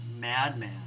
madman